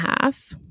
half